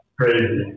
crazy